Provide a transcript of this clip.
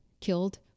killed